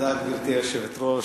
גברתי היושבת-ראש,